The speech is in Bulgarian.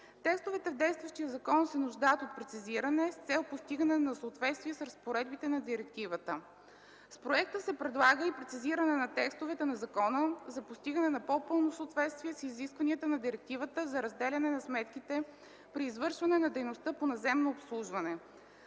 Текстовете в действащия закон се нуждаят от прецизиране с цел постигане на съответствия с разпоредбите на директивата. С проекта се предлага и прецизиране на текстовете на закона за постигане на по-пълно съответствие с изискванията на директивата за разделяне на сметките при извършване на дейността по наземно обслужване.